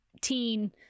teen